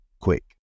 quick